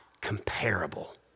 comparable